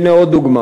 הנה עוד דוגמה,